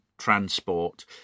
transport